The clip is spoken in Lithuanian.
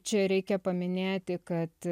čia reikia paminėti kad